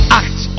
act